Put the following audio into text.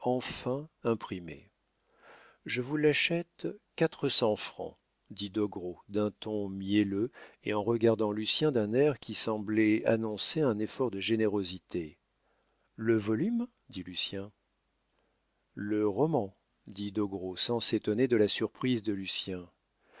enfin imprimé je vous l'achète quatre cents francs dit doguereau d'un ton mielleux et en regardant lucien d'un air qui semblait annoncer un effort de générosité le volume dit lucien le roman dit doguereau sans s'étonner de la surprise de lucien